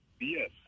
Yes